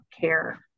care